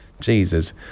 Jesus